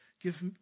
Give